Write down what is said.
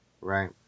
right